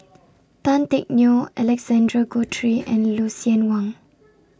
Tan Teck Neo Alexander Guthrie and Lucien Wang